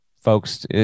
folks